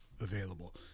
available